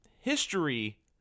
History